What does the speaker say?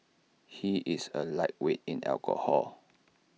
he is A lightweight in alcohol